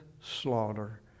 slaughter